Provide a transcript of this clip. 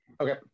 okay